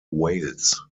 wales